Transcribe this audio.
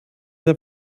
der